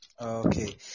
okay